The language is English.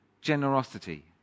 generosity